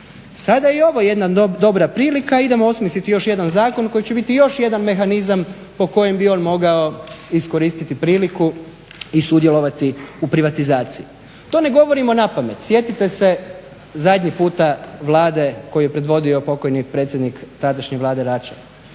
Sada je i ovo jedna dobra prilika, idemo osmisliti još jedan zakon koji će biti još jedan mehanizam po kojem bi on mogao iskoristiti priliku i sudjelovati u privatizaciji. To ne govorimo napamet, sjetite se zadnji puta Vlade koju je predvodio pokojni predsjednik tadašnje Vlade Račan.